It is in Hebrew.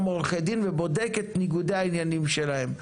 עורכי דין ובודק את ניגודי העניינים שלהם.